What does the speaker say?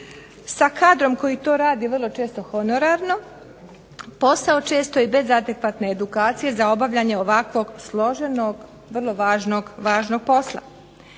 sa kadrom koji to radi vrlo često honorarno, posao često i bez adekvatne edukacije za obavljanje ovakvog složenog, vrlo važnog posla.